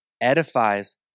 edifies